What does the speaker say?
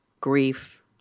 grief